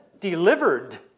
delivered